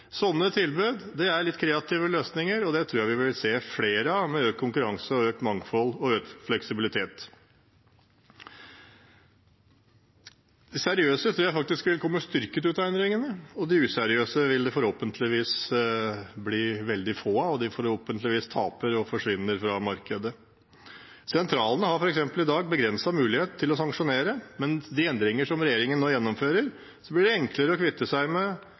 tilbud er litt kreative løsninger, og det tror jeg vi vil se flere av med økt konkurranse, økt mangfold og økt fleksibilitet. De seriøse tror jeg faktisk vil komme styrket ut av endringene, og de useriøse vil det forhåpentligvis bli veldig få av, og de vil forhåpentligvis tape og forsvinne fra markedet. Sentralene har i dag f.eks. begrenset mulighet til å sanksjonere, men med de endringer regjeringen nå gjennomfører, blir det enklere å kvitte seg